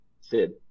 sid